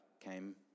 came